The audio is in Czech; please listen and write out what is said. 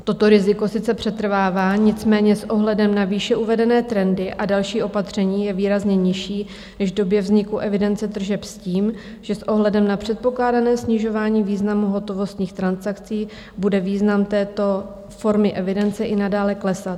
Toto riziko sice přetrvává, nicméně s ohledem na výše uvedené trendy a další opatření je výrazně nižší než v době vzniku evidence tržeb, s tím, že s ohledem na předpokládané snižování významu hotovostních transakcí bude význam této formy evidence i nadále klesat.